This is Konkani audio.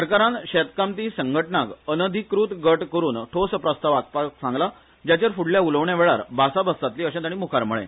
सरकारान शेतकामती संघटनाक अनधिकृत गट करून ठोस प्रस्ताव आखपाक सांगला जाचेर फ्डल्या उलोवण्यावेलार भासाभास जातली अशें ताणी म्खार सांगले